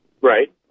Right